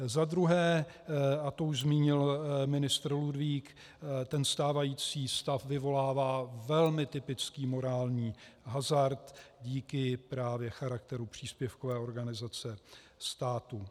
Za druhé, a to už zmínil ministr Ludvík, ten stávající stav vyvolává velmi typický morální hazard díky právě charakteru příspěvkové organizace státu.